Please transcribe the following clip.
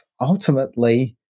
ultimately